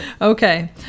Okay